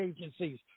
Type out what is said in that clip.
agencies